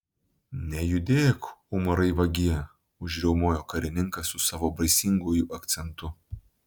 nejudėk umarai vagie užriaumojo karininkas su savo baisinguoju akcentu